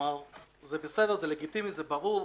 זה בסדר, זה לגיטימי, זה ברור.